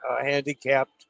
handicapped